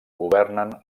governen